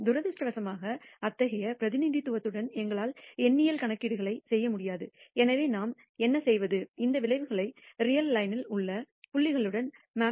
துரதிர்ஷ்டவசமாக அத்தகைய பிரதிநிதித்துவத்துடன் எங்களால் எண்ணியல் கணக்கீடுகளை செய்ய முடியாது எனவே நாம் என்ன செய்வது இந்த விளைவுகளை ரியல் லைனெனில் உள்ள புள்ளிகளுடன் மேப்